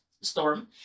storm